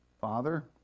Father